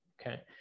Okay